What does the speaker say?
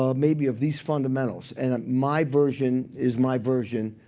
ah maybe of these fundamentals. and ah my version is my version.